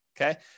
Okay